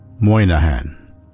Moynihan